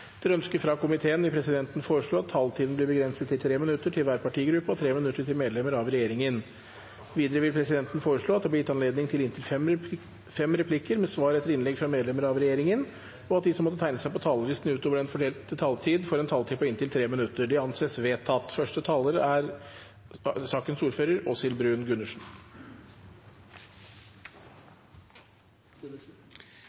minutter til medlemmer av regjeringen. Videre vil presidenten foreslå at det blir gitt anledning til inntil fem replikker med svar etter innlegg fra medlemmer av regjeringen, og at de som måtte tegne seg på talerlisten utover den fordelte taletid, får en taletid på inntil 3 minutter. – Det anses vedtatt. Jeg er